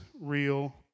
real